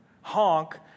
honk